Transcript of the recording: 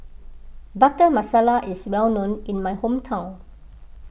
Butter Masala is well known in my hometown